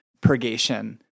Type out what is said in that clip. purgation